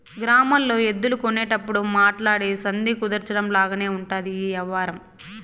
గ్రామాల్లో ఎద్దులు కొనేటప్పుడు మాట్లాడి సంధి కుదర్చడం లాగానే ఉంటది ఈ యవ్వారం